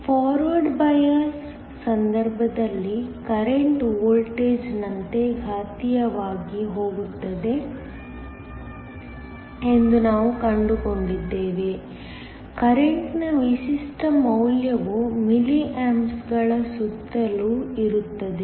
forward ಬಯಾಸ್ನ ಸಂದರ್ಭದಲ್ಲಿ current ವೋಲ್ಟೇಜ್ನಂತೆ ಘಾತೀಯವಾಗಿ ಹೋಗುತ್ತದೆ ಎಂದು ನಾವು ಕಂಡುಕೊಂಡಿದ್ದೇವೆ ಕರೆಂಟ್ನ ವಿಶಿಷ್ಟ ಮೌಲ್ಯವು ಮಿಲಿ ಆಂಪ್ಸ್ಗಳ ಸುತ್ತಲೂ ಇರುತ್ತದೆ